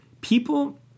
people